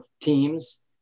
teams